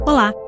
Olá